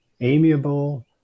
amiable